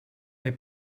they